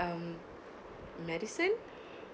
um medicine